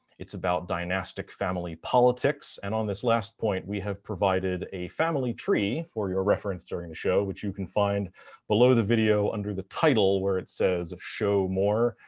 it's about dynastic family politics, and on this last point we have provided a family tree for your reference during the show, which you can find below the video, under the title where it says show more,